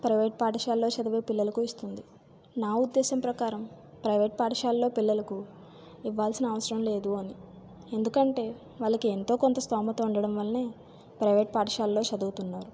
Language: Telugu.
ప్రైవేట్ పాఠశాలలో చదువు పిల్లలకు వస్తుంది నా ఉద్దేశం ప్రకారం ప్రైవేట్ పాఠశాలలో పిల్లలకు ఇవ్వాల్సిన అవసరం లేదని ఎందుకంటే వాళ్ళకి ఎంతో కొంత స్థోమత ఉండడం వల్ల ప్రైవేట్ పాఠశాలలో చదువుతున్నారు